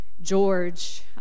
George